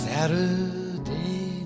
Saturday